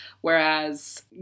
Whereas